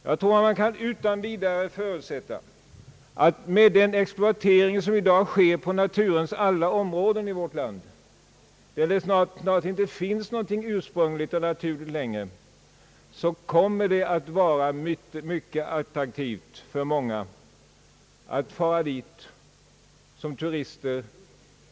Jag tror att man utan vidare kan förutsätta, med den exploatering som i dag sker på alla naturom råden i vårt land och som gör att det snart inte finns något ursprungligt och naturligt längre, att det kommer att vara mycket attraktivt för många att fara dit som turister.